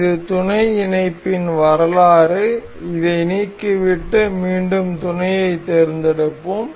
இது துணை இணைப்பின் வரலாறு இதை நீக்கிவிட்டு மீண்டும் துணையை தேர்ந்தெடுப்போம்